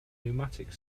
pneumatic